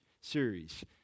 series